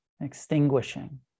extinguishing